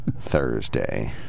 Thursday